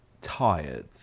tired